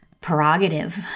prerogative